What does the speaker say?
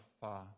far